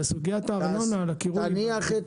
על סוגיית הארנונה על הקירוי --- תניח את